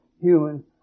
human